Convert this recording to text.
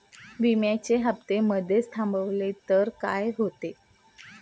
विम्याचे हफ्ते मधेच थांबवले तर काय होते?